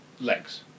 legs